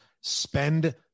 Spend